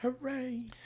Hooray